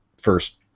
first